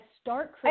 start